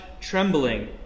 trembling